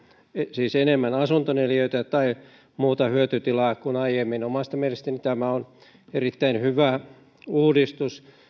siis enemmän asuntoneliöitä tai muuta hyötytilaa kuin aiemmin omasta mielestäni tämä on erittäin hyvä uudistus